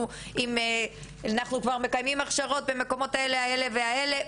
אנחנו כבר מקיימים הכשרות במקומות האלה והאלה,